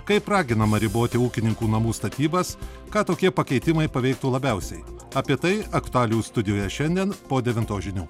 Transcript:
kaip raginama riboti ūkininkų namų statybas ką tokie pakeitimai paveiktų labiausiai apie tai aktualijų studijoje šiandien po devintos žinių